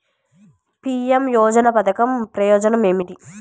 PM యోజన పధకం ప్రయోజనం ఏమితి?